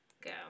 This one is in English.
Go